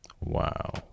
Wow